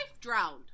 drowned